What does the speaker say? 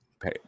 pay